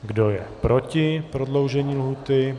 Kdo je proti prodloužení lhůty?